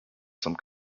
some